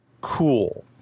cool